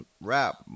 rap